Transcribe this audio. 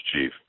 chief